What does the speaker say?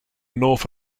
north